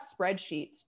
spreadsheets